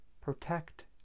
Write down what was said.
protect